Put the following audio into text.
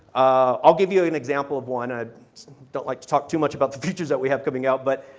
ah give you an example of one, i don't like to talk too much about the features that we have coming up but,